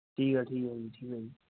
ਠੀਕ ਆ ਠੀਕ ਆ ਜੀ ਠੀਕ ਆ ਜੀ